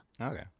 Okay